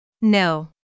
No